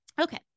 okay